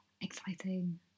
Exciting